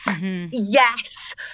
Yes